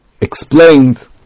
explained